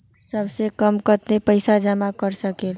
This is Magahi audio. सबसे कम कतेक पैसा जमा कर सकेल?